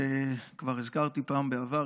כבר הזכרתי פעם בעבר,